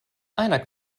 einer